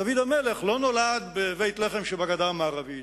דוד המלך לא נולד בבית-לחם שבגדה המערבית.